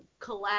collab